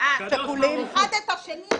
מלווים אחד את השני.